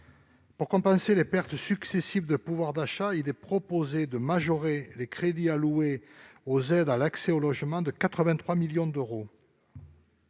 Pour compenser les pertes successives de pouvoir d'achat, il est proposé de majorer les crédits alloués aux aides à l'accès au logement de 83 millions d'euros.